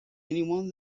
anyone